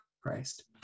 Christ